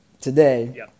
today